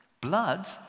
Blood